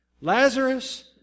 Lazarus